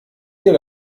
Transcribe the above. ihr